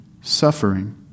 suffering